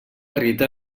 rita